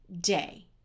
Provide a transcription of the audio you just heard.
day